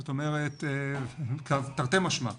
זאת אומרת, תרתי משמע.